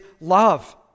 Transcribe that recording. love